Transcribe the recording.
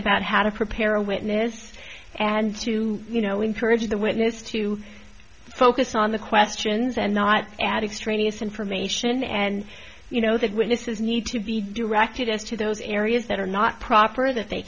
about how to prepare a witness and to you know encourage the witness to focus on the questions and not addicks trainees information and you know that witnesses need to be directed as to those areas that are not proper that they